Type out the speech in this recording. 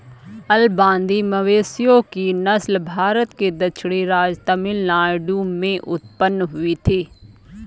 अलंबादी मवेशियों की नस्ल भारत के दक्षिणी राज्य तमिलनाडु में उत्पन्न हुई थी